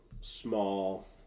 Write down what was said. small